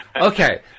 okay